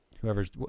whoever's